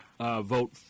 vote